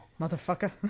Motherfucker